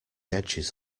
edges